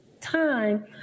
time